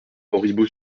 auribeau